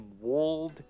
walled